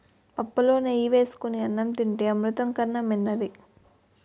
పుప్పులో నెయ్యి ఏసుకొని అన్నం తింతే అమృతం కన్నా మిన్నది